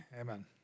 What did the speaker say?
amen